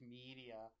media